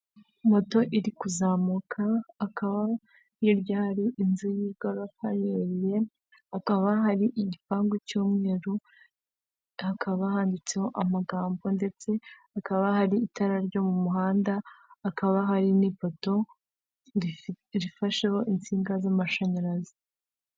Moto iri kuzamuka, akaba hirya hari inzu y'igorofa rirerire, hakaba hari igipangu cy'umweru, hakaba handitseho amagambo ndetse hakaba hari itara ryo mu muhanda, hakaba hari n'ipoto rifasheho insinga z'amashanyarazi.